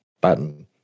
button